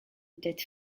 that